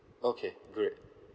okay great